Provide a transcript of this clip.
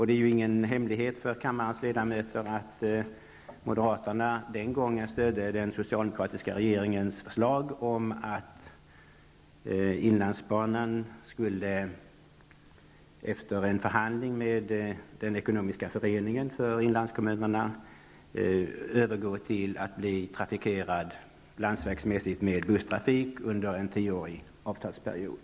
Det är ju ingen hemlighet för kammarens ledamöter att moderaterna den gången stödde den socialdemokratiska regeringens förslag om att inlandsbanan, efter en förhandling med den ekonomiska föreningen för inlandskommunerna, skulle övergå till att bli trafikerad med busstrafik på landsväg under en tioårig avtalsperiod.